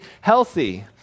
healthy